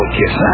kiss